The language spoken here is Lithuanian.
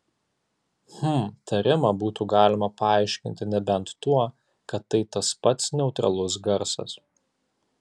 hm tarimą būtų galima paaiškinti nebent tuo kad tai tas pats neutralus garsas